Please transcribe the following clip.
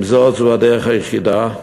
עם זאת, זאת הדרך היחידה.